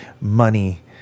money